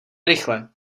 rychle